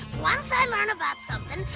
once i learn about something,